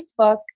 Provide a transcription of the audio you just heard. Facebook